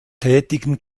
tätigen